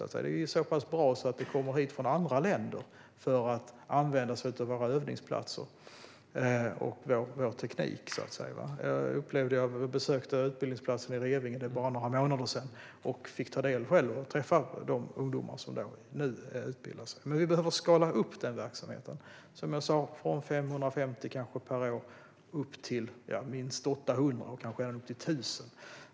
Vi är så pass bra att man kommer hit från andra länder för att använda sig av våra övningsplatser och vår teknik. Jag besökte utbildningsplatsen i Revinge för bara några månader sedan och fick själv uppleva och ta del av detta och träffa de ungdomar som nu utbildar sig. Men vi behöver skala upp verksamheten från 550 platser per år till minst 800 och kanske även 1 000.